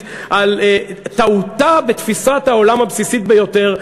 על טעותה בתפיסת העולם הבסיסית ביותר,